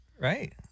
Right